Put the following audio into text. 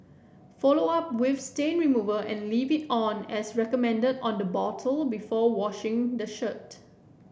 follow up with stain remover and leave it on as recommended on the bottle before washing the shirt